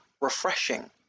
refreshing